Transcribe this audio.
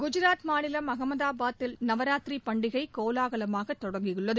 குஜராத் மாநிலம் அகமதாபாத் நகரில் நவராத்திரி பண்டிகை கோலாகலமாக தொடங்கியுள்ளது